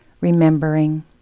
remembering